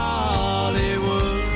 Hollywood